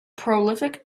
prolific